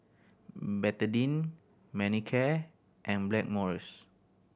Betadine Manicare and Blackmores